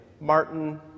Martin